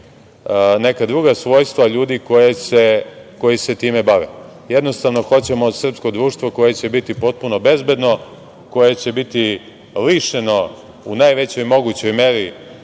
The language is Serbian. neka druga svojstva ljudi koji se time bave. Jednostavno hoćemo srpsko društvo koje će biti potpuno bezbedno, koje će biti lišeno u najvećoj mogućoj meri